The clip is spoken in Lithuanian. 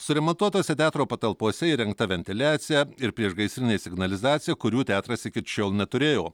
suremontuotose teatro patalpose įrengta ventiliacija ir priešgaisrinė signalizacija kurių teatras iki šiol neturėjo